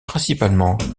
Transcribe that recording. principalement